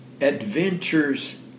adventures